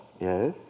Yes